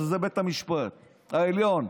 שזה בית המשפט העליון.